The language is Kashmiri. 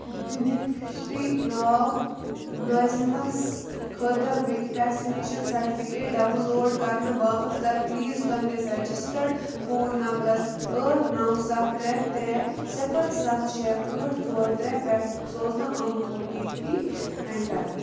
بِنِفِشری ناو ناظِمَس خٲطرٕ وِک وٮ۪کسِنیشَن سٹفِکیٹ ڈاوُن لوڈ کَرنہٕ باپتھ کر پٕلیٖز تُہٕنٛدِس رَجِسٹٔڈ فون نمبرس ٲٹھ نَو سَتھ ترٛےٚ ترٛےٚ صِفر سَتھ شےٚ ٲٹھ ژور ترٛےٚ پٮ۪ٹھ سوزنہٕ آمُت او ٹی پی اٮ۪نٹَر